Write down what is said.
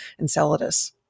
Enceladus